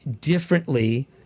differently